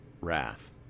wrath